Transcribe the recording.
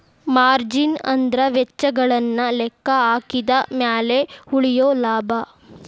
margin ಅಂದ್ರ ವೆಚ್ಚಗಳನ್ನ ಲೆಕ್ಕಹಾಕಿದ ಮ್ಯಾಲೆ ಉಳಿಯೊ ಲಾಭ